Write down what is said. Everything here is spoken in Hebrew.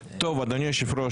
אדוני היושב ראש,